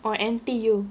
or N_T_U